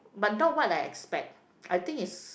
but not what I expect I think it's